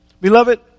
Beloved